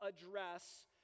address